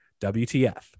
WTF